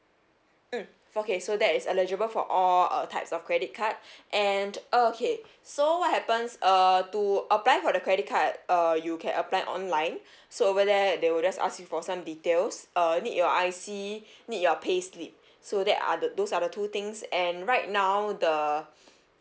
mm four K so that is eligible for all types of credit card and okay so what happens uh to apply for the credit card uh you can apply online so over there they will just ask you for some details uh need your I_C need your payslip so that are the those are the two things and right now the